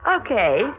Okay